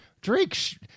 Drake